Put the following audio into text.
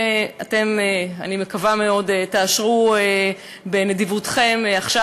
שאתם, אני מקווה מאוד, תאשרו בנדיבותכם עכשיו.